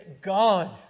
God